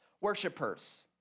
worshipers